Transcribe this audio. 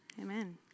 Amen